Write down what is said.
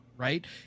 Right